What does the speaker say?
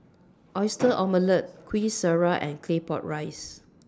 Oyster Omelette Kueh Syara and Claypot Rice